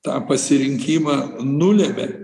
tą pasirinkimą nulemia